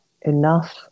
enough